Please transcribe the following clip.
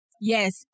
Yes